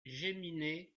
géminées